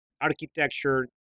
architecture